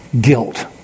guilt